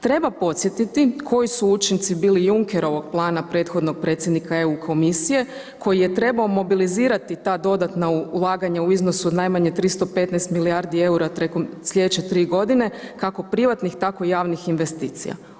Treba podsjetiti koji su učinci bili Junckerovog plana prethodnog predsjednika EU komisije koji je trebao mobilizirati ta dodatna ulaganja u iznosu od najmanje 315 milijardi eura tijekom sljedeće tri godine kako privatnih, tako javnih investicija.